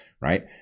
right